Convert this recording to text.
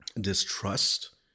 distrust